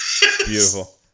Beautiful